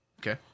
Okay